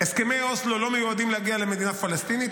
שהסכמי אוסלו לא מיועדים להגיע למדינה פלסטינית.